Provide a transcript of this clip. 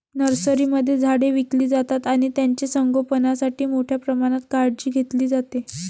नर्सरीमध्ये झाडे विकली जातात आणि त्यांचे संगोपणासाठी मोठ्या प्रमाणात काळजी घेतली जाते